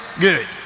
Good